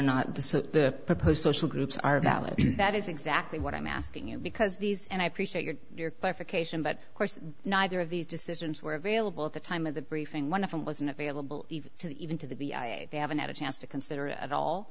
not the proposed social groups are valid that is exactly what i'm asking you because these and i appreciate your your clarification but of course neither of these decisions were available at the time of the briefing one of them wasn't available to even to the b i haven't had a chance to consider it at all